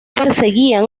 perseguían